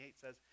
says